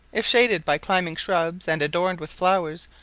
if shaded by climbing shrubs, and adorned with flowers,